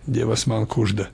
dievas man kužda